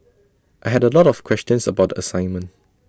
I had A lot of questions about the assignment